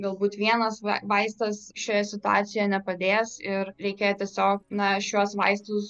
galbūt vienas vai vaistas šioje situacijoje nepadės ir reikia tiesiog na šiuos vaistus